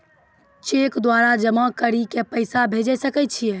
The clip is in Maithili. चैक द्वारा जमा करि के पैसा भेजै सकय छियै?